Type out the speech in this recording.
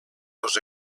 dos